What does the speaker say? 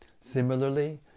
Similarly